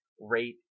rate